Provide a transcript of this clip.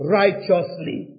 righteously